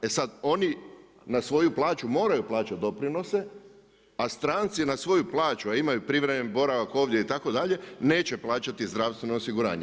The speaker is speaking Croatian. E sada oni na svoju plaću moraju plaćati doprinose, a stranci na svoju plaću, a imaju privremeni boravak ovdje itd. neće plaćati zdravstveno osiguranje.